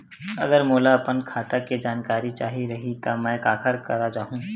अगर मोला अपन खाता के जानकारी चाही रहि त मैं काखर करा जाहु?